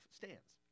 stands